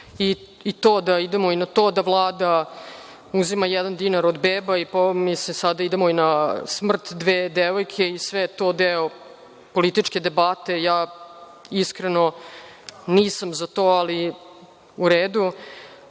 i to da idemo na to da Vlada uzima jedan dinar od beba, a sada idemo na smrt dve devojke i sve je to deo političke debate. Ja iskreno nisam za to, ali u redu.